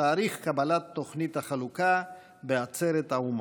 תאריך קבלת תוכנית החלוקה בעצרת האו"ם.